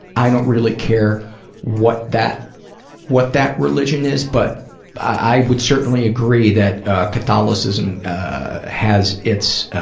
i don't really care what that what that religion is, but i would certainly agree that catholicism has its